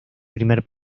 primer